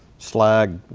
slag,